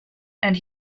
and